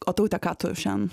o taute ką tu šian